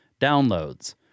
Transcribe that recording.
downloads